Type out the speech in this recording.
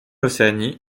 océanie